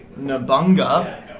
Nabunga